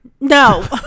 No